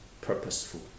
purposeful